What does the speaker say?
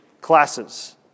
classes